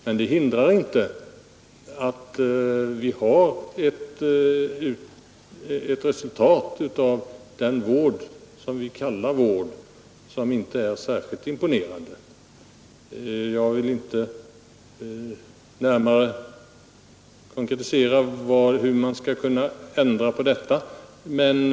Detta hindrar dock inte att vi nu når ett resultat av den nuvarande ”vården” som inte är särskilt imponerande. Jag vill inte närmare konkretisera hur man skall kunna ändra på det förhållandet.